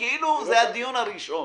בדיון הראשון.